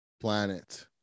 Planet